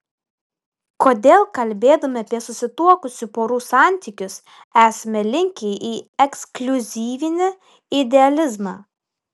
kodėl kalbėdami apie susituokusių porų santykius esame linkę į ekskliuzyvinį idealizmą